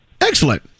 Excellent